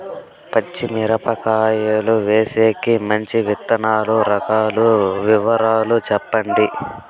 పచ్చి మిరపకాయలు వేసేకి మంచి విత్తనాలు రకాల వివరాలు చెప్పండి?